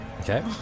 Okay